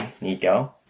Nico